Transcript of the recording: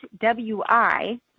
W-I